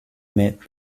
met